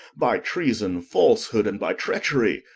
by treason, falshood, and by treacherie,